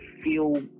feel